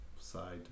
side